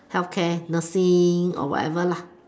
healthcare nursing or whatever lah